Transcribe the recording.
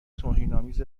توهینآمیز